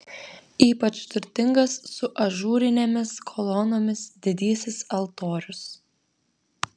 ypač turtingas su ažūrinėmis kolonomis didysis altorius